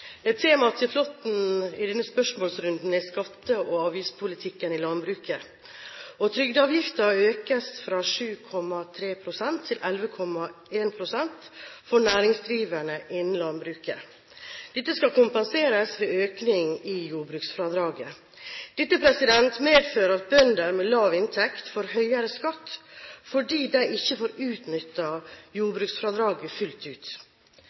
til 11,1 pst. for næringsdrivende innen landbruket. Dette skal kompenseres ved økning i jordbruksfradraget. Det medfører at bønder med lav inntekt får høyere skatt fordi de ikke får utnyttet jordbruksfradraget fullt ut. Synes statsråden det er rimelig at bønder med lav inntekt får høyere skatt?